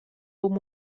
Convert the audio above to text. buca